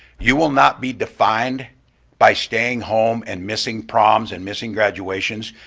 you will not be defined by staying home and missing proms and missing graduations,